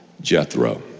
Jethro